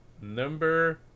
Number